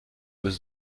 was